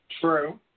True